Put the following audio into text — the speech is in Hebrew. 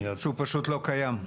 השירות הזה פשוט לא קיים.